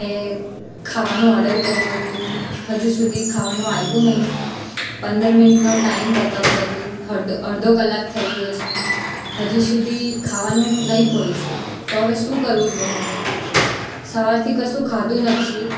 મેં ખાવાનું ઓર્ડર કર્યું હતું હજુ સુધી ખાવાનું આવ્યું નહીં પંદર મિનિટનો ટાઇમ બતાવતું હતું અડધો કલાક થઇ ગયો છે હજી સુધી ખાવાનું નથી પહોંચ્યું તો હવે શું કરવું જોઈએ મારે સવારથી કશું ખાધું નથી